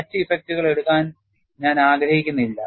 മറ്റ് ഇഫക്റ്റുകൾ എടുക്കാൻ ഞാൻ ആഗ്രഹിക്കുന്നില്ല